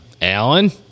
Alan